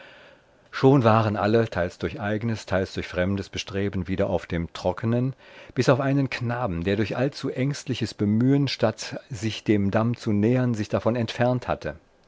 schon waren alle teils durch eignes teils durch fremdes bestreben wieder auf dem trocknen bis auf einen knaben der durch allzu ängstliches bemühen statt sich dem damm zu nähern sich davon entfernt hatte